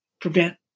prevent